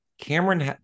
Cameron